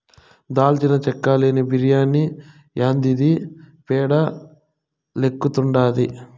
దాల్చిన చెక్క లేని బిర్యాని యాందిది పేడ లెక్కుండాది